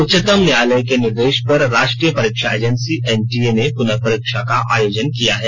उच्चतम न्यायालय के निर्देश पर राष्ट्रीय परीक्षा एजेंसी एनटीए ने पुनर्परीक्षा का आयोजन किया है